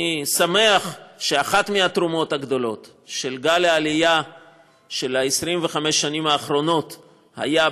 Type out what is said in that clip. אני שמח שאחת מהתרומות הגדולות של גל העלייה של 25 השנים האחרונות היא,